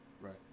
Right